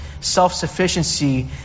self-sufficiency